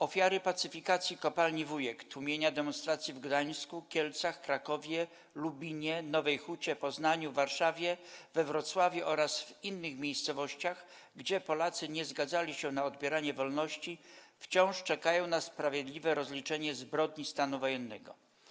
Ofiary pacyfikacji kopalni Wujek, tłumienia demonstracji w Gdańsku, Kielcach, Krakowie, Lubinie, Nowej Hucie, Poznaniu, Warszawie, we Wrocławiu oraz w innych miejscowościach, gdzie Polacy nie zgadzali się na odbieranie wolności - wciąż czekają na sprawiedliwe rozliczenie zbrodni stanu wojennego.